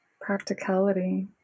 Practicality